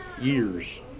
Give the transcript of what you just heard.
years